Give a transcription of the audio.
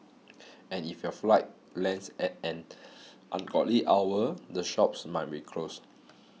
and if your flight lands at an ungodly hour the shops might be closed